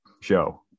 show